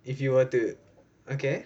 if you were to okay